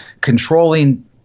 controlling